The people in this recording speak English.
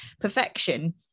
perfection